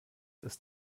ist